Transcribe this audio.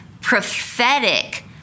prophetic